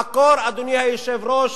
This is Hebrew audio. המקור, אדוני היושב-ראש,